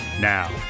Now